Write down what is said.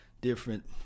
different